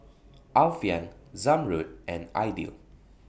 Alfian Zamrud and Aidil